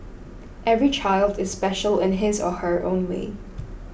every child is special in his or her own way